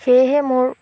সেয়েহে মোৰ